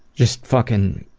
just fucking